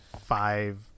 five